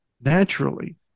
naturally